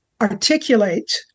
articulate